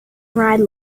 ride